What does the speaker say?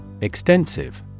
Extensive